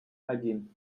один